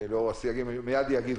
לאור הסייגים שמייד אגיד,